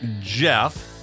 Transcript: Jeff